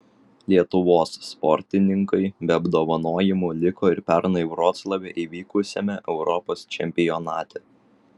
lietuvos sportininkai be apdovanojimų liko ir pernai vroclave įvykusiame europos čempionate